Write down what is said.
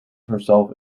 herself